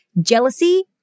Jealousy